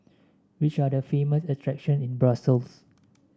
which are the famous attractions in Brussels